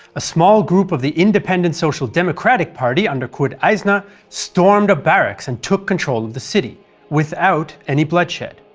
a small group of the independent social democratic party under kurt eisner stormed a barracks and took control of the city without any bloodshed.